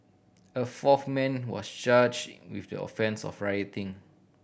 a fourth man was charged with the offence of rioting